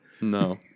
No